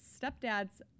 stepdad's